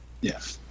Yes